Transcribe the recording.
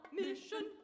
mission